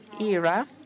era